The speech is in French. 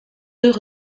deux